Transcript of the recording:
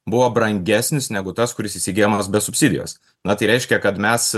buvo brangesnis negu tas kuris įsigyjamas be subsidijos na tai reiškia kad mes